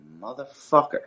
motherfucker